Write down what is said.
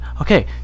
Okay